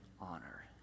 honor